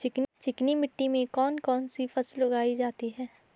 चिकनी मिट्टी में कौन कौन सी फसल उगाई जाती है?